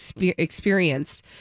experienced